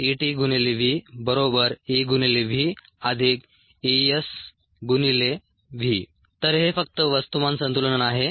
EtVEVESV तर हे फक्त वस्तुमान संतुलन आहे